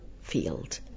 field